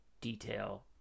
detail